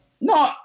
No